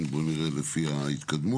בואו נראה, לפי ההתקדמות.